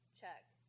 Check